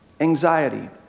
Anxiety